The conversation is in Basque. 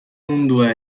mundua